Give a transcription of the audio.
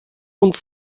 und